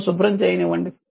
నన్ను శుభ్రం చేయనివ్వండి